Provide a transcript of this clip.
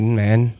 man